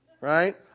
Right